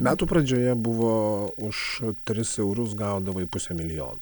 metų pradžioje buvo už tris eurus gaudavai pusę milijon